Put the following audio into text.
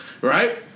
right